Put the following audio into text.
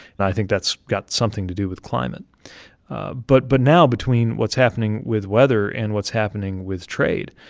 and i think that's got something to do with climate but but now between what's happening with weather and what's happening with trade,